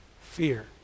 fear